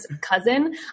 cousin